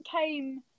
came